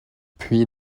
puis